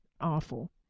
awful